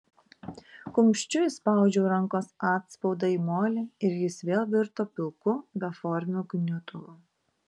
kumščiu įspaudžiau rankos atspaudą į molį ir jis vėl virto pilku beformiu gniutulu